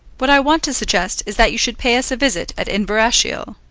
what i want to suggest is that you should pay us a visit at inverashiel.